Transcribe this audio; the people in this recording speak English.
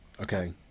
okay